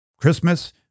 Christmas